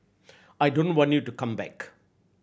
I don't want you to come back